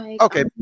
okay